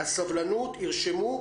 ירשמו,